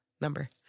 number